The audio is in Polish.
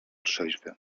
trzeźwy